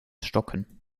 stocken